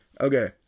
Okay